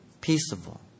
peaceable